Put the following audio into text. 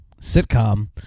sitcom